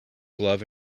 glove